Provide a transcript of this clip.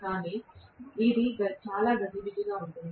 కానీ ఇది చాలా గజిబిజిగా ఉంటుంది